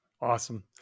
Awesome